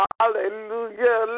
Hallelujah